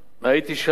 הייתי שם,